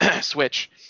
Switch